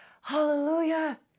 Hallelujah